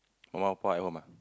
from our point at home ah